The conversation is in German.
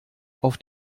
auf